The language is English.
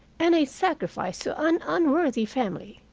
and a sacrifice to an unworthy family.